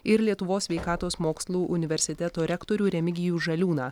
ir lietuvos sveikatos mokslų universiteto rektorių remigijų žaliūną